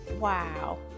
Wow